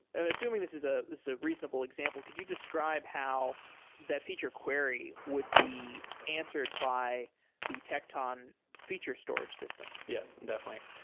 and assuming this is ah a a reasonable example, could you describe how that feature query would be answered by the tecton feature storage system? yeah, definitely.